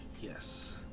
yes